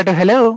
Hello